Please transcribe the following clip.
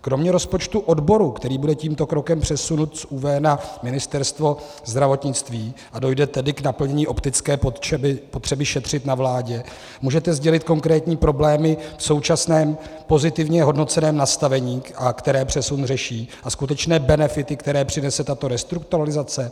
Kromě rozpočtu odboru, který bude tímto krokem přesunut z ÚV na Ministerstvo zdravotnictví, a dojde tedy k naplnění optické potřeby šetřit na vládě, můžete sdělit konkrétní problémy v současném pozitivně hodnoceném nastavení, které přesuny řeší, a skutečné benefity, které přinese tato restrukturalizace?